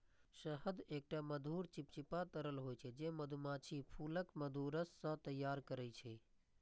शहद एकटा मधुर, चिपचिपा तरल होइ छै, जे मधुमाछी फूलक मधुरस सं तैयार करै छै